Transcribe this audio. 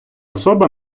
особа